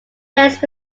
best